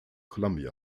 columbia